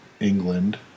England